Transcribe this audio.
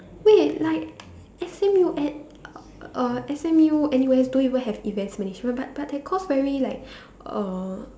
wait like S_M_U uh uh S_M_U N_U_S don't even have events management but but that course very like uh